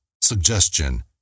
suggestion